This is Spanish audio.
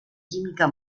química